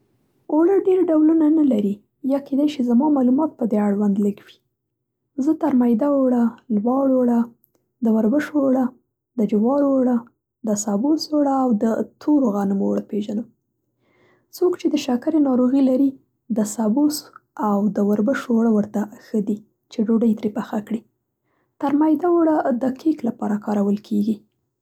اوړه ډېر ډولونه نه لري یا کېدای شي زما معلومات په دې اړوند لږ وي. زه ترمیده اوړه، لواړ اوړه، د وربشو اوړه، د جوارو اوړه، د سبوس اوړه او د تورو غنمو اوړه پېژنم. څوک چې د شکرې ناروغي لري د سبوس او وربشو اوړه ورته ښه دي چې ډوډۍ ترې پخه کړي. ترمیده اوړه د کېک لپاره کارول کېږي.